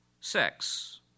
sex